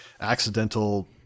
accidental